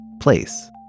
place